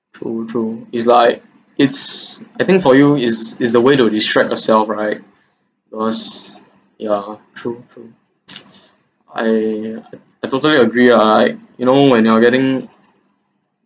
true true is like it's I think for you is is the way to distract yourself right it was yeah true true I I totally agree ah like you know when you are getting